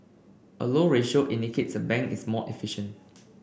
a low ratio indicates a bank is more efficient